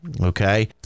okay